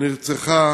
שנרצחה